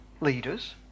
leaders